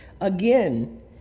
again